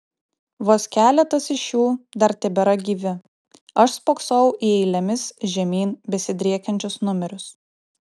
vos keletas iš jų dar tebėra gyvi aš spoksojau į eilėmis žemyn besidriekiančius numerius